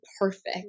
perfect